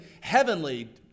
heavenly